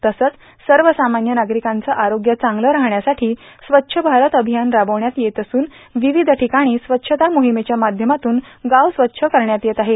तसंच सर्वसामान्य नागरिकांचे आरोग्य चांगलं राहण्यासाठी स्वच्छ भारत अभियानराबविण्यात येत असून विविध ठिकाणी स्वच्छता मोहिमेच्या माध्यमातून गाव स्वच्छ करण्यात येत आहेत